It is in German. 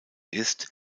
ist